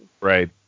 Right